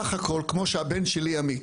בסך הכול כמו שהבן שלי עמית,